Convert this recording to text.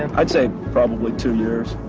i'd say probably two years,